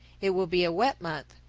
it will be a wet month,